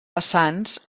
vessants